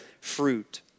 fruit